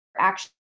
action